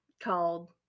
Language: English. called